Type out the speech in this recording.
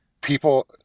people